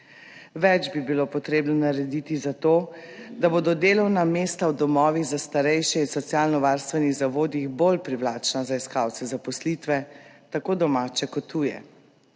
Več bi bilo potrebno narediti za to, da bodo delovna mesta v domovih za starejše in socialnovarstvenih zavodih bolj privlačna za iskalce zaposlitve, tako domače kot tuje.